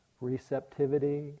receptivity